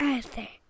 Arthur